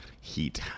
heat